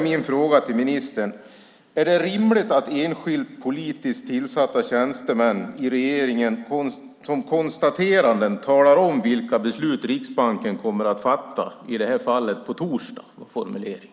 Min fråga till ministern är: Är det rimligt att enskilda politiskt tillsatta tjänstemän i Regeringskansliet genom konstateranden talar om vilka beslut Riksbanken kommer att fatta, i det är fallet "på torsdag"?